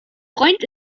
freund